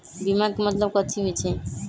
बीमा के मतलब कथी होई छई?